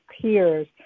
peers